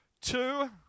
Two